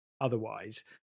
otherwise